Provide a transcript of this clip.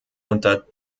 unter